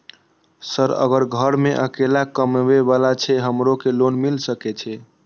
Sir अगर घर में अकेला कमबे वाला छे हमरो के लोन मिल सके छे?